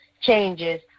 changes